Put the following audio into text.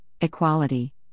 equality